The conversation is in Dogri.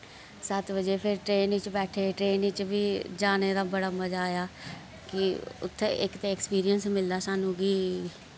सत्त बजे फिर ट्रेन च बैठे ट्रेन च बी जाने दा बड़ा मजा आया कि उत्थै इक ते एक्सपीरियंस मिलदा स्हानू कि